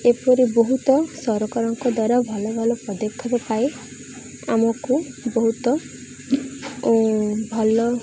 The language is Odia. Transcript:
ଏପରି ବହୁତ ସରକାରଙ୍କ ଦ୍ୱାରା ଭଲ ଭଲ ପଦକ୍ଷେପ ପାଇ ଆମକୁ ବହୁତ ଭଲ